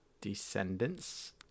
Descendants